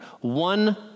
One